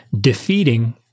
defeating